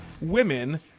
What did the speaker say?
women